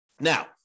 Now